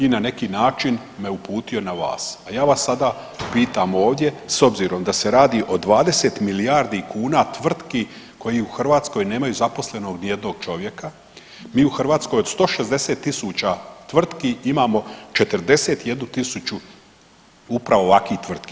I na neki način me uputio na vas, a ja vas sada pitam ovdje s obzirom da se radi o 20 milijardi kuna tvrtki koji u Hrvatskoj nemaju zaposlenog ni jednog čovjeka mi u Hrvatskoj od 160 000 tvrtki imamo 41000 upravo ovakvih tvrtki.